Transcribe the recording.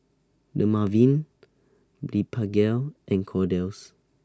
Dermaveen Blephagel and Kordel's